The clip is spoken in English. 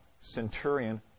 centurion